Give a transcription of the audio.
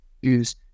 use